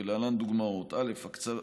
ולהלן דוגמאות: א.